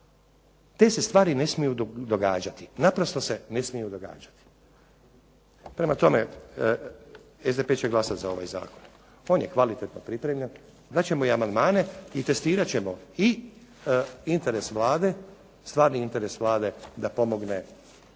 a sutra ne mora biti. TE se stvari ne smiju događati, prema tome, SDP će glasati za ovaj Zakon. On je kvalitetno pripremljen, dat ćemo i amandmane i testirat ćemo i stvarni interes Vlade da pomogne